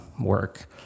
work